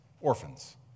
orphans